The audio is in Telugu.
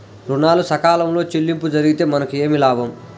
ఋణాలు సకాలంలో చెల్లింపు జరిగితే మనకు ఏమి లాభం?